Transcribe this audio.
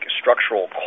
structural